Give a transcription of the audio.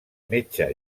metge